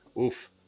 Oof